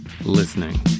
listening